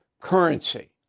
currency